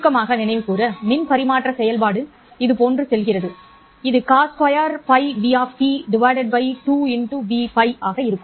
சுருக்கமாக நினைவுகூர மின் பரிமாற்ற செயல்பாடு இதுபோன்று செல்கிறது இது cos2 πv 2Vπ ஆக இருக்கும்